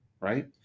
right